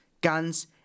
guns